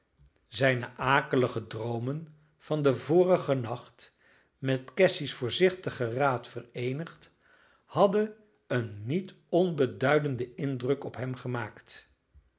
zijne akelige droomen van den vorigen nacht met cassy's voorzichtigen raad vereenigd hadden een niet onbeduidenden indruk op hem gemaakt